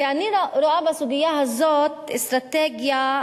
ואני רואה בסוגיה הזאת אסטרטגיה,